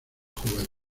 juguetes